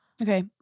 Okay